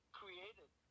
created